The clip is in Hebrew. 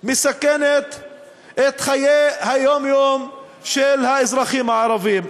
את חיי היום-יום של האזרחים הערבים.